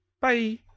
Bye